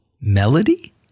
melody